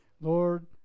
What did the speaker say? Lord